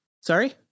Sorry